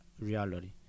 reality